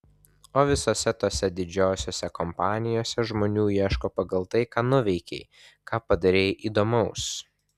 o visose tose didžiosiose kompanijose žmonių ieško pagal tai ką nuveikei ką padarei įdomaus